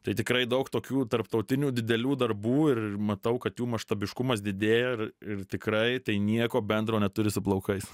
tai tikrai daug tokių tarptautinių didelių darbų ir matau kad jų maštabiškumas didėja ir ir tikrai tai nieko bendro neturi su plaukais